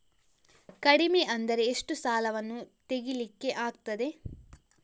ಕಡಿಮೆ ಅಂದರೆ ಎಷ್ಟು ಸಾಲವನ್ನು ತೆಗಿಲಿಕ್ಕೆ ಆಗ್ತದೆ?